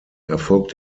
erfolgt